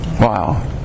Wow